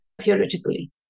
theoretically